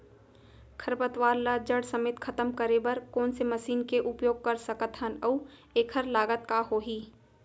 खरपतवार ला जड़ समेत खतम करे बर कोन से मशीन के उपयोग कर सकत हन अऊ एखर लागत का होही?